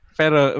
pero